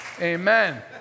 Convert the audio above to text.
Amen